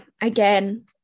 again